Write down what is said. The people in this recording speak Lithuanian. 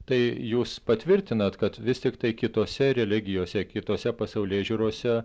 tai jūs patvirtinat kad vis tiktai kitose religijose kitose pasaulėžiūrose